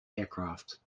aircraft